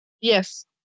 Yes